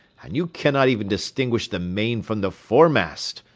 and you cannot even distinguish the main from the foremast!